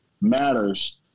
matters